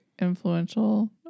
influential